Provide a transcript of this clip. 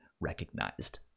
recognized